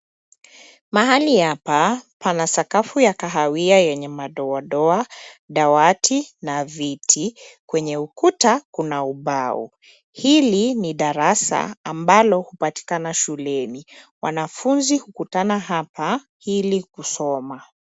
Mahali hapa pana sakafu ya kahawia yenye madoadoa, dawati, na viti. Kwenye ukuta kuna ubao. Hili ni darasa ambalo hupatikana shuleni. Wanafunzi hukutana hapa ili kusoma.